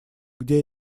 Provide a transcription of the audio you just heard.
где